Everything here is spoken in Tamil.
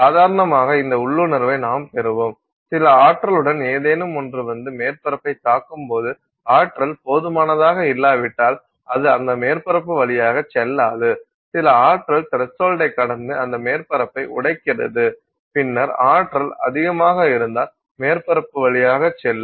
சாதாரணமாக இந்த உள்ளுணர்வை நாம் பெறுவோம் சில ஆற்றலுடன் ஏதேனும் ஒன்று வந்து மேற்பரப்பைத் தாக்கும் போது ஆற்றல் போதுமானதாக இல்லாவிட்டால் அது அந்த மேற்பரப்பு வழியாக செல்லாது சில ஆற்றல் த்ரஸ்ஹோல்டை கடந்து அந்த மேற்பரப்பை உடைக்கிறது பின்னர் ஆற்றல் அதிகமாக இருந்தால் மேற்பரப்பு வழியாகச் செல்லும்